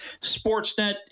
Sportsnet